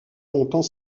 longtemps